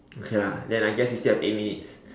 okay ah then I guess we still have eight minutes